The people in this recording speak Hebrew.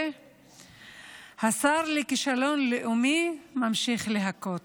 והשר לכישלון לאומי ממשיך להכות.